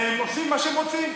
הם עושים מה שהם רוצים.